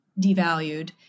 devalued